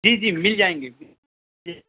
جی جی مل جائیں گے جی